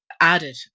added